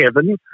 Kevin